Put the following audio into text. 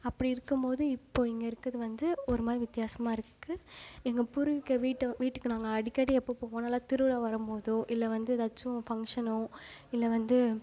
அப்படி இருக்கும்போது இப்போ இங்கே இருக்கிறது வந்து ஒரு மாதிரி வித்தியாசமாக இருக்கு எங்கள் பூர்வீக வீட்டை வீட்டுக்கு நாங்கள் அடிக்கடி எப்போ போவோன்னா எதா திருவிழா வரம்போதோ இல்லை வந்து ஏதாச்சும் ஃபங்க்ஷனோ இல்லை வந்து